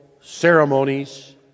ceremonies